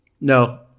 No